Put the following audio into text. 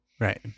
right